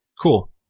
cool